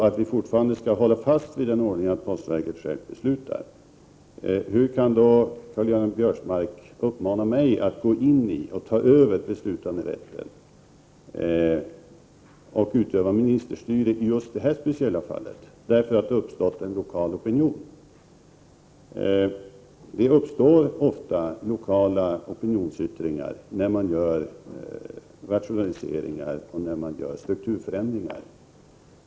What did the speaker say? Om vi fortfarande skall hålla fast vid den ordningen att postverket självt beslutar, hur kan då Karl-Göran Biörsmark uppmana mig att gå in och ta över beslutanderätten och utöva ministerstyre i just det här speciella fallet därför att det har uppstått en lokal opinion? Det uppstår ofta lokala opinionsyttringar när man gör rationaliseringar och strukturförändringar.